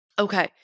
Okay